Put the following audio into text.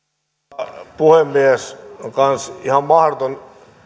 arvoisa puhemies on kanssa ihan mahdoton